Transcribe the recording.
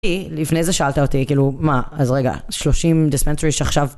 לפני זה שאלת אותי כאילו מה אז רגע שלושים דיסמנטורי שעכשיו